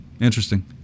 Interesting